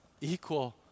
equal